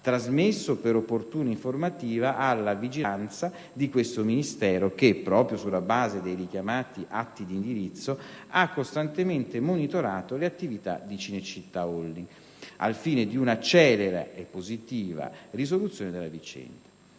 trasmesso, per opportuna informativa, alla vigilanza di questo Ministero che, proprio sulla base dei richiamati atti di indirizzo, ha costantemente monitorato le attività di Cinecittà Holding al fine di una celere e positiva risoluzione della vicenda.